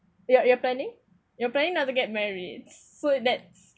you're you're planning you're planning not to get married so that's